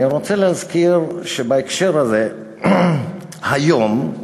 אני רוצה להזכיר בהקשר הזה, שהיום,